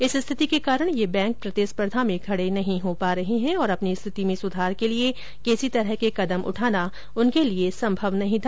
इस स्थिति के कारण ये बैंक प्रतिस्पर्धा में खड़े नहीं हो पा रहे हैं और अपनी स्थिति में सुधार के लिए किसी तरह के कदम उठाना उनके लिए संभव नहीं था